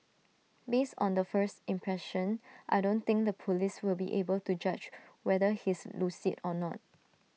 based on the first impression I don't think the Police will be able to judge whether he's lucid or not